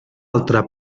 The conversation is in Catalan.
altra